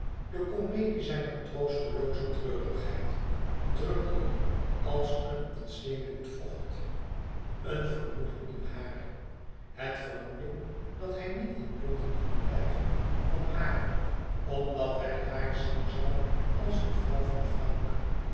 de comedie zijner troostelooze treurigheid druppelden als een ontzenuwend vocht een vermoeden in haar het vermoeden dat hij niet in londen kon blijven om haar omdat hij haar zien zoû als de vrouw van frank